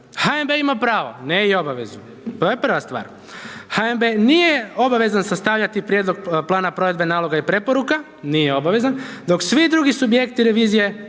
HNB ima pravo, ne i obavezu, to je prva stvar. HNB nije obavezan sastavljati prijedlog plana provedbe naloga i preporuka, nije obavezan, dok svi drugi subjekti revizije